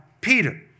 Peter